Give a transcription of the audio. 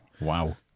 Wow